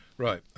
Right